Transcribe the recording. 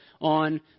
on